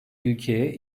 ülkeye